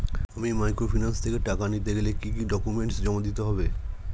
আমি মাইক্রোফিন্যান্স থেকে টাকা নিতে গেলে কি কি ডকুমেন্টস জমা দিতে হবে?